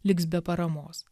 liks be paramos